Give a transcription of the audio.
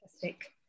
Fantastic